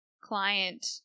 client